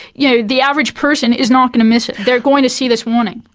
yeah the average person is not going to miss it, they are going to see this warning.